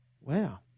Wow